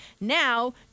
Now